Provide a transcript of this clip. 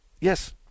Yes